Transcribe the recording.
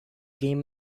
game